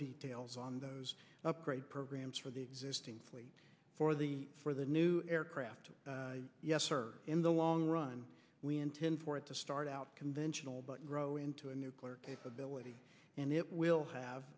details on those upgrade programs for the existing fleet for the for the new aircraft yes sir in the long run we intend for it to start out conventional but grow into a nuclear capability and it will